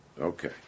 Okay